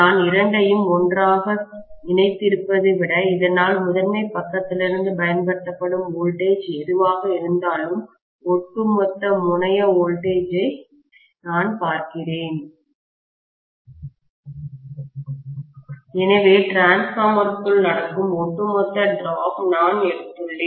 நான் இரண்டையும் ஒன்றாக இணைத்திருப்பதை விட இதனால் முதன்மை பக்கத்திலிருந்து பயன்படுத்தப்படும் வோல்டேஜ் எதுவாக இருந்தாலும் ஒட்டுமொத்த முனைய வோல்டேஜ் ஐ நான் பார்க்கிறேன் எனவே டிரான்ஸ்பார்மருக்குள் நடக்கும் ஒட்டுமொத்த டிராப்வீழ்ச்சியை நான் எடுத்துள்ளேன்